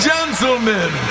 gentlemen